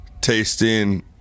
tasting